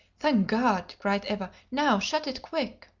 thank god! cried eva. now shut it quick.